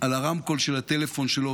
על הרמקול של הטלפון שלו,